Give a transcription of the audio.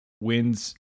wins